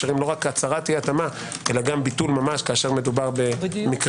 לא רק הצהרת אי התאמה אלא ביטול ממש כאשר מדובר במקרה